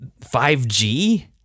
5g